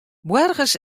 boargers